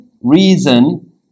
reason